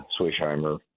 Swishheimer